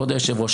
כבוד היושב-ראש,